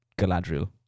Galadriel